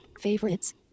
Favorites